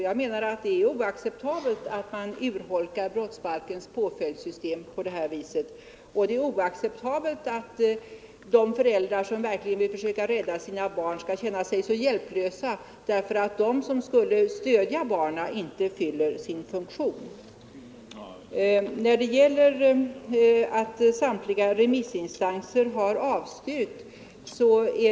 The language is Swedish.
Jag menar att det är oacceptabelt att urholka brottsbalkens påföljdssystem på det viset och att det är oacceptabelt att de föräldrar som verkligen vill försöka rädda sina barn skall känna sig hjälplösa därför att de som skulle stödja barnen inte fyller sin funktion. Samtliga remissinstanser har avstyrkt, säger fru Bergander.